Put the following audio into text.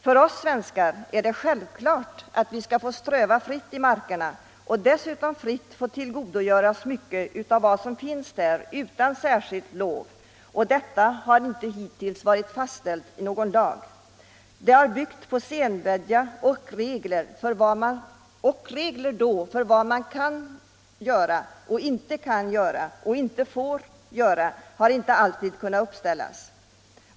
För oss svenskar är det självklart att vi skall få ströva fritt i markerna och utan särskilt tillstånd få tillgodogöra oss mycket av vad som finns där. Detta har hittills inte varit fastställt i lag utan har byggt på sedvänja. Regler för vad man får och inte får göra har inte fastställts och kan inte heller alltid fastställas.